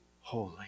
holy